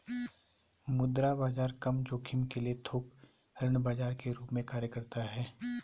मुद्रा बाजार कम जोखिम के लिए थोक ऋण बाजार के रूप में कार्य करता हैं